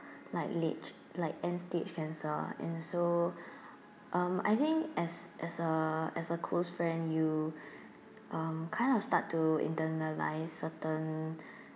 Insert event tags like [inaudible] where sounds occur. like late like end stage cancer and so [breath] um I think as as a as a close friend you um kind of start to internalise certain